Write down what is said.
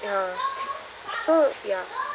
ya so ya